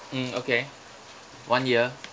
mm okay one year